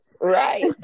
Right